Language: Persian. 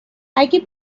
اگر